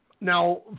Now